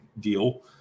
deal